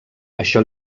això